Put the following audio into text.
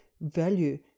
value